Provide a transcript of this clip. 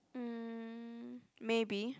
mm maybe